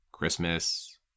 Christmas